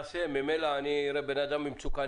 "ממילא אני אראה בן אדם במצוקה,